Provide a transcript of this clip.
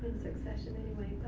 succession anyway,